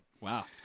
Wow